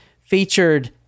featured